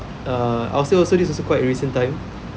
err I'll say oh so this is also quite recent time